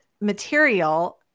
material